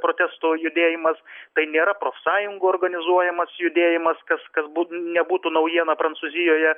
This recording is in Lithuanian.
protesto judėjimas tai nėra profsąjungų organizuojamas judėjimas kas kas būt nebūtų naujiena prancūzijoje